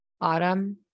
Autumn